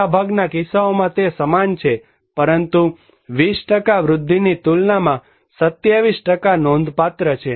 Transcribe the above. મોટાભાગના કિસ્સાઓમાં તે સમાન છે પરંતુ 20 વૃદ્ધિની તુલનામાં 27 નોંધપાત્ર છે